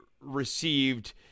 received